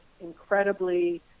incredibly